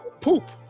poop